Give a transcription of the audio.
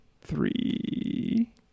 three